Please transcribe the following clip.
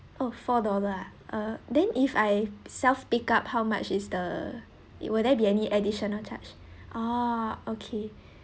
oh four dollar ah err then if I self pick up how much is the it will there be any additional charge ah okay